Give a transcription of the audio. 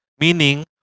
Meaning